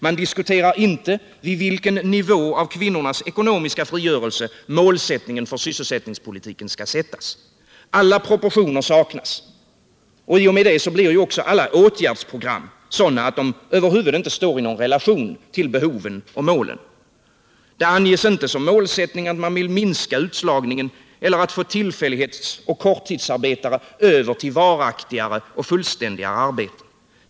Man diskuterar inte vid vilken nivå av kvinnornas ekonomiska frigörelse målsättningen för sysselsättningspolitiken skall sättas. Alla proportioner saknas, och i och med det blir också alla åtgärdsprogram sådana att de över huvud taget inte står i någon relation till behoven och målen. Det anges inte som målsättning att man vill minska utslagningen eller få tillfällighetsoch korttidsarbetare över till varaktiga och fullständiga arbeten.